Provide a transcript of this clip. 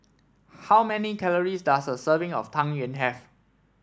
how many calories does a serving of Tang Yuen have